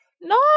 no